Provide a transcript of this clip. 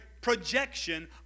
projection